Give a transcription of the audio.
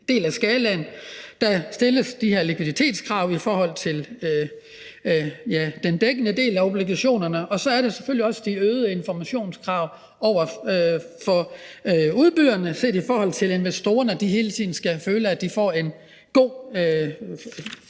ende af skalaen. Der stilles de her likviditetskrav i forhold til den dækkende del af obligationerne, og så er der selvfølgelig også de øgede informationskrav til udbyderne, for at investorerne hele tiden skal føle, at de får en god